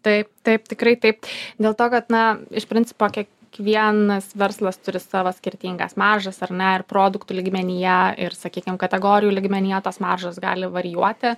taip taip tikrai taip dėl to kad na iš principo kiekvienas verslas turi savo skirtingas maržas ar ne ir produktų lygmenyje ir sakykim kategorijų lygmenyje tos maržos gali varijuoti